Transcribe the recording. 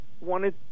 wanted